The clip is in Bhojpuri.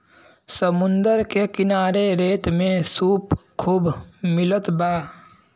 समुंदर के किनारे रेत में सीप खूब मिलत बा